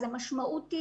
המשמעות היא